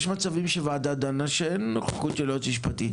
יש מצבים שוועדה דנה בלי נוכחות של יועץ משפטי.